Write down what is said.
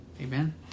amen